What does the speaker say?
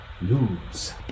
lose